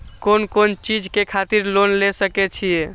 कोन कोन चीज के खातिर लोन ले सके छिए?